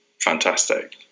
fantastic